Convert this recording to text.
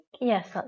yes